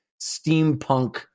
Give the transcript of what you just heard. steampunk